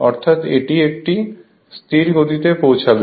অর্থাৎ এটি একটি স্থির গতিতে পৌঁছাবে